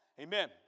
Amen